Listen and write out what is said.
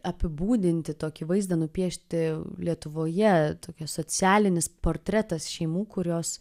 apibūdinti tokį vaizdą nupiešti lietuvoje tokias socialinis portretas šeimų kurios